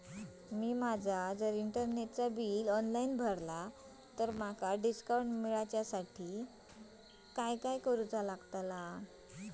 मी माजा इंटरनेटचा bill online भरला तर माका डिस्काउंट मिलाच्या खातीर काय करुचा?